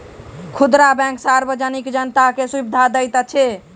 खुदरा बैंक सार्वजनिक जनता के सुविधा दैत अछि